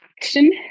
action